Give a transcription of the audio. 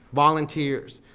volunteers,